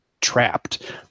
trapped